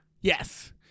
Yes